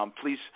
please